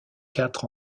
quatre